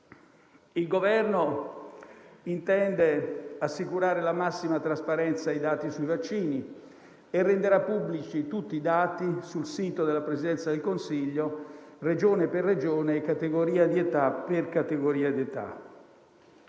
Il Governo intende assicurare la massima trasparenza ai dati sui vaccini e li renderà tutti pubblici sul sito della Presidenza del Consiglio, Regione per Regione e categoria di età per categoria di età.